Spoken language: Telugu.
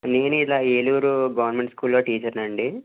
నేను ఇలా ఏలూరు గవర్నమెంట్ స్కూల్లో టీచర్నండి